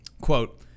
Quote